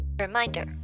Reminder